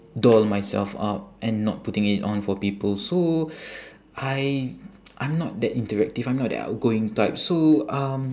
doll myself up and not putting it on for people so I I'm not that interactive I'm not that outgoing type so um